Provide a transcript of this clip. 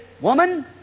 woman